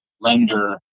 lender